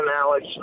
Alex